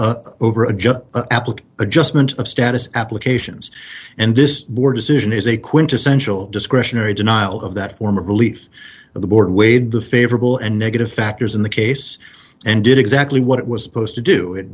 f over a just applique adjustment of status applications and this board decision is a quintessential discretionary denial of that form of relief of the board weighed the favorable and negative factors in the case and did exactly what it was supposed to do it